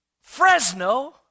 Fresno